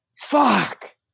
fuck